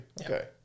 Okay